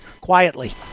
quietly